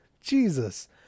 Jesus